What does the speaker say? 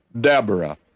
Deborah